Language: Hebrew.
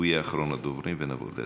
הוא יהיה אחרון הדוברים, ונעבור להצבעה.